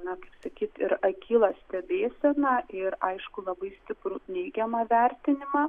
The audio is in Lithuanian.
na kaip sakyt ir akylą stebėseną ir aišku labai stiprų neigiamą vertinimą